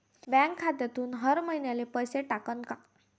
Bank खात्यातून हर महिन्याले पैसे कटन का?